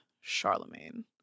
Charlemagne